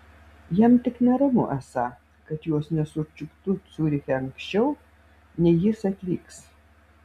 jam tik neramu esą kad jos nesučiuptų ciuriche anksčiau nei jis atvyks